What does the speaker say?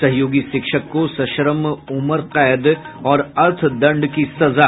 सहयोगी शिक्षक को सश्रम उम्र कैद और अर्थदंड की सजा